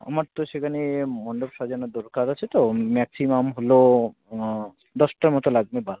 আমার তো সেখানে মণ্ডপ সাজানোর দরকার আছে তো ম্যাক্সিমাম হলো দশটার মতো লাগবে বাল্ব